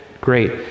Great